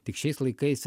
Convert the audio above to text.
tik šiais laikais